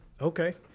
Okay